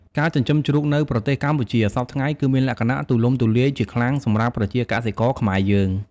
ការចិញ្ចឹមជ្រូកនៅប្រទេសកម្ពុជា សព្វថ្ងៃគឺមានលក្ខណៈទូលំទូលាយជាខ្លាំងសម្រាប់ប្រជាកសិករខ្មែរយើង។